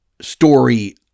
story